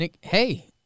Hey